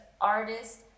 artist